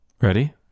Ready